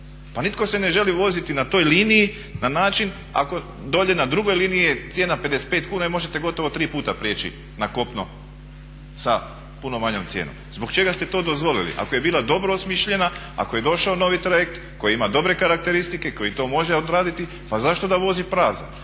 Pa nitko se ne želi voziti na toj liniji na način ako dolje na drugoj liniji je cijena 55 kuna i možete gotovo tri puta priječi na kopno sa puno manjom cijenom. Zbog čega ste to dozvolili ako je bila dobro osmišljena, ako je došao novi trajekt koji ima dobre karakteristike koji to može odraditi pa zašto da vozi prazan?